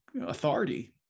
authority